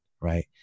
right